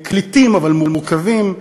קליטים אבל מורכבים.